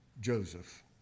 Joseph